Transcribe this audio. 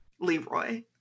Leroy